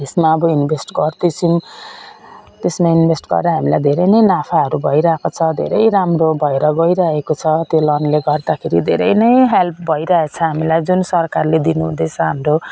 त्यसमा अब इन्भेस्ट गर्दैछौँ त्यसमा इन्भेस्ट गरेर हामीलाई धेरै नै नाफाहरू भइरहेको छ धेरै राम्रो भएर गइरहेको छ त्यो लोनले गर्दाखेरि धेरै नै हेल्प भइरहेको छ हामीलाई जुन सरकारले दिनु हुँदैछ हाम्रो